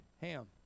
Ham